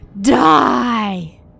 Die